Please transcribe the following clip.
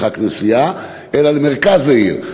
אלא למרכז העיר.